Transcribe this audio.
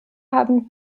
haben